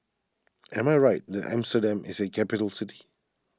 am I right that Amsterdam is a capital city